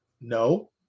No